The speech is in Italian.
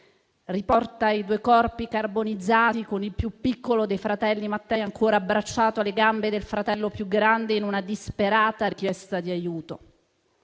ritrae i due corpi carbonizzati, con il più piccolo dei fratelli Mattei ancora abbracciato alle gambe del fratello più grande, in una disperata richiesta di aiuto.